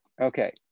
Okay